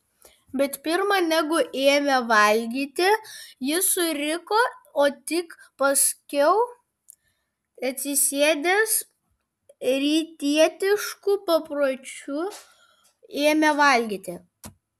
bet pirma negu ėmė valgyti jis suriko o tik paskiau atsisėdęs rytietišku papročiu ėmė valgyti